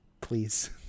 Please